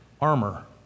armor